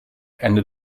ended